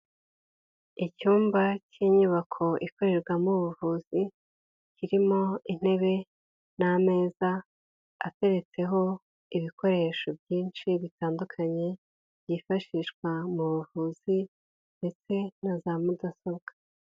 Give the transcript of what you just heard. Icyumba cy'inyubako ikorerwamo ubuvuzi, kirimo intebe n'amezaza, ateretseho ibikoresho byinshi bitandukanye byifashishwa mu buvuzi ndetse na za Mudasobwa.